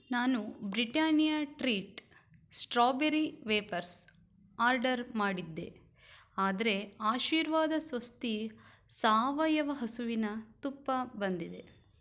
ನಾನು Britannia treat strawberry wafers order ಮಾಡಿದ್ದೆ ಆದರೆ ಆಶೀರ್ವಾದ ಸ್ವಸ್ತಿ ಸಾವಯವ ಹಸುವಿನ ತುಪ್ಪ ಬಂದಿದೆ